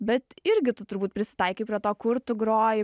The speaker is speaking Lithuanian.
bet irgi tu turbūt prisitaikai prie to kur tu groji